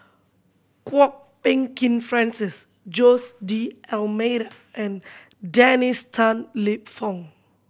Kwok Peng Kin Francis Jose D'Almeida and Dennis Tan Lip Fong